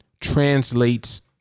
translates